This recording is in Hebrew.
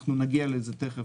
נגיע לזה תיכף